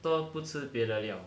都不吃别的料